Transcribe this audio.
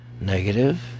Negative